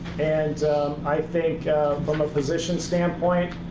and i think from a position standpoint,